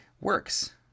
works